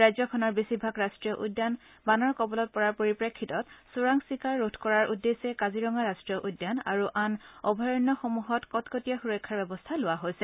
ৰাজ্যখনৰ বেছিভাগ ৰাট্টীয় উদ্যান বানৰ কবলত পৰাৰ পৰিপ্ৰেক্ষিতত চোৰাং চিকাৰ ৰোধ কৰাৰ উদ্দেশ্যে কাজিৰঙা ৰাষ্ট্ৰীয় উদ্যান আৰু আন অভয়াৰণ্যসমূহত কটকটীয়া সুৰক্ষাৰ ব্যৱস্থা লোৱা হৈছে